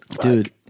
Dude